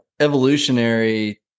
evolutionary